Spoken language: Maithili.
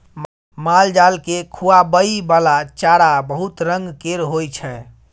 मालजाल केँ खुआबइ बला चारा बहुत रंग केर होइ छै